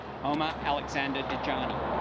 armor alexander dajani